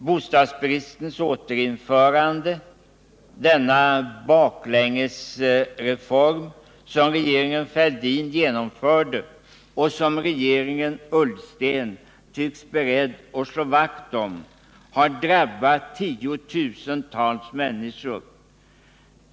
Bostadsbristens återinförande — denna baklängesreform som regeringen Fälldin genomförde och som regeringen Ullsten tycks vara beredd att slå vakt om =— har drabbat tiotusentals människor.